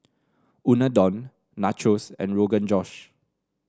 Unadon Nachos and Rogan Josh